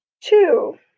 Two